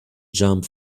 jump